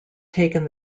taken